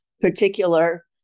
particular